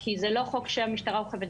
כי זה לא חוק שהמשטרה אוכפת,